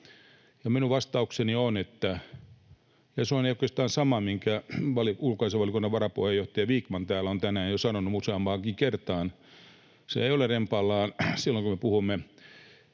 Minun vastaukseni — ja se on oikeastaan sama, minkä ulkoasiainvaliokunnan varapuheenjohtaja Vikman täällä on tänään jo sanonut useampaankin kertaan — on se, että se ei ole rempallaan silloin, kun me puhumme